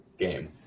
Game